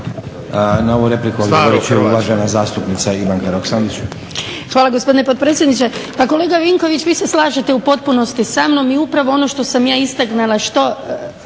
Na ovu repliku odgovorit će uvažena zastupnica Ivanka Roksandić. **Roksandić, Ivanka (HDZ)** Hvala gospodine potpredsjedniče. Pa kolega Vinković vi se slažete u potpunosti sa mnom i upravo ono što sam ja istaknula što